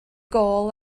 gôl